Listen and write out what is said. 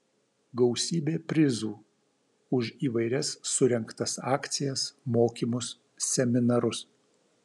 gausybė prizų už įvairias surengtas akcijas mokymus seminarus